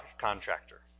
contractor